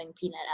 peanut